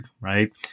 right